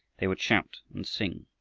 they would shout and sing,